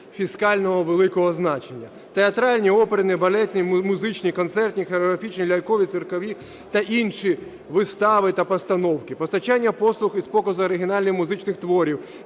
фіскального великого значення: театральні, оперні, балетні, музичні, концертні, хореографічні, лялькові, циркові та інші вистави та постановки, постачання послуг із показу оригінальних музичних творів,